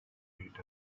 heat